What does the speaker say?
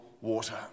water